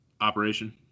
operation